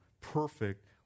perfect